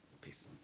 peace